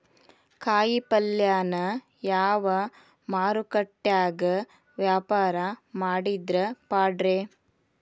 ಕಾಯಿಪಲ್ಯನ ಯಾವ ಮಾರುಕಟ್ಯಾಗ ವ್ಯಾಪಾರ ಮಾಡಿದ್ರ ಪಾಡ್ರೇ?